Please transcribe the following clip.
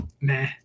Meh